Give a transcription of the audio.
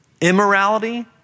immorality